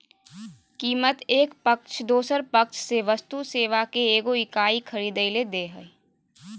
कीमत एक पक्ष दोसर पक्ष से वस्तु सेवा के एगो इकाई खरीदय ले दे हइ